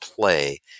play